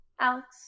Alex